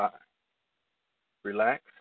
Relax